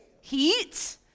heat